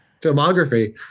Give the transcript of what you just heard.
filmography